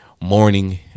morning